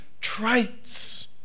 traits